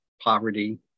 poverty